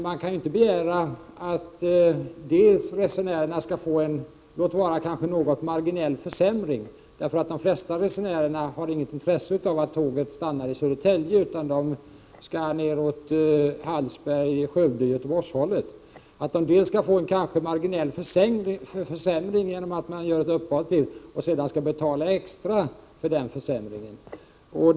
Man kan väl inte begära att resenärerna skall gå med på en, om även marginell, försämring genom att det blir ytterligare ett uppehåll för tåget — de flesta resenärer har ju inget intresse av att tåget stannar i Södertälje, eftersom de skall vidare neråt Hallsberg, Skövde eller Göteborg — samtidigt som de får betala extra för en sådan försämring.